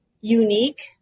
unique